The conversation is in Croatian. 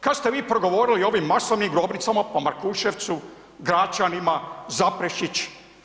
Kad ste vi progovorili o ovim masovnim grobnicama po Markuševcu, Gračanima, Zaprešić?